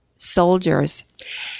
Soldiers